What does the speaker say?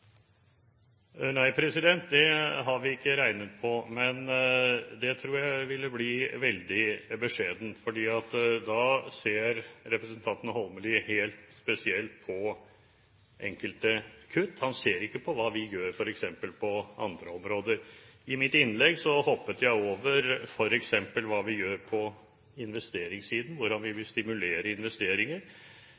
Nei, det har vi ikke regnet på, men det tror jeg ville bli veldig beskjedent. For representanten Holmelid ser helt spesielt på enkelte kutt, han ser ikke på hva vi gjør f.eks. på andre områder. I mitt innlegg hoppet jeg over f.eks. hva vi gjør på investeringssiden, og hvordan vi vil